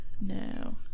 no